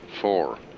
four